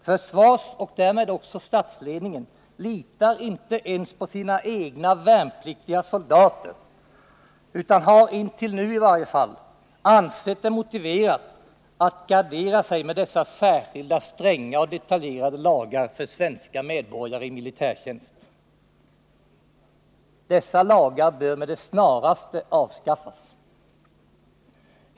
Försvarsoch därmed också statsledningen litar inte ens på sina egna, värnpliktiga soldater, utan har — intill nu i varje fall — ansett det motiverat att gardera sig med dessa särskilda stränga och detaljerade lagar för svenska medborgare i militärtjänst. Dessa lagar bör med det snaraste avskaffas.